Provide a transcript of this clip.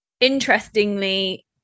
interestingly